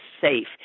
safe